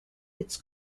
its